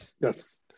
Yes